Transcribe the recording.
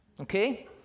Okay